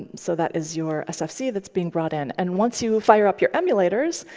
so that is your sfc that's being brought in. and once you fire up your emulators,